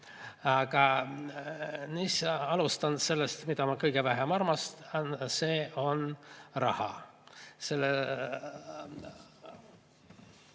Alustan sellest, mida ma kõige vähem armastan – see on raha.